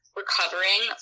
recovering